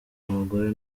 abagore